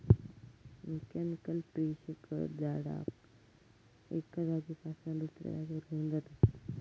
mechanical tree shaker झाडाक एका जागेपासना दुसऱ्या जागेवर घेऊन जातत